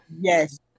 yes